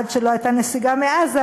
עד שלא הייתה נסיגה מעזה,